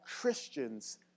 Christians